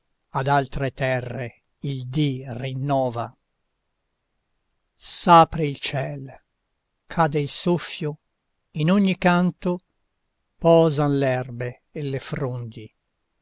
ad altre terre il dì rinnova s'apre il ciel cade il soffio in ogni canto posan l'erbe e le frondi